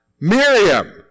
Miriam